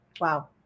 Wow